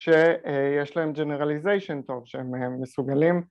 שיש להם ג'נרליזיישן טוב שהם מסוגלים